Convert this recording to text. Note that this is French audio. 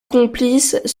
complices